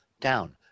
down